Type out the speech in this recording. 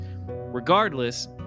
Regardless